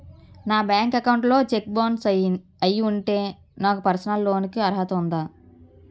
నా bank account లో cheque bounce అయ్యి ఉంటే నాకు పర్సనల్ లోన్ కీ అర్హత ఉందా?